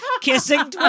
Kissing